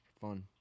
fun